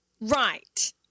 Right